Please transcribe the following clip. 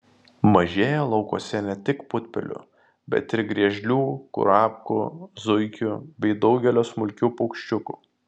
mažėja laukuose ne tik putpelių bet ir griežlių kurapkų zuikių bei daugelio smulkių paukščiukų